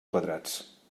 quadrats